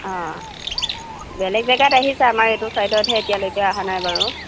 অ বেলেগ জেগাত আহিছে আমাৰ এইটো চাইদতহে এতিয়ালৈকে অহা নাই বাৰু